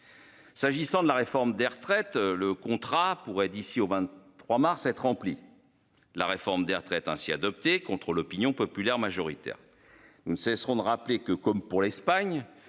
S'agissant de la réforme des retraites, le contrat pourrait d'ici au 23 mars être remplies. La réforme des retraites ainsi adopté contre l'opinion populaire majoritaire. Nous ne cesserons de rappeler que comme pour l'Espagne.